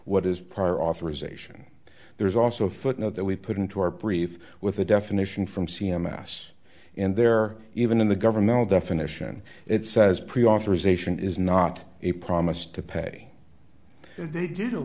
what is prior authorization there's also a footnote that we put into our brief with a definition from c m s and there even in the governmental definition it says pre authorization is not a promise to pay they d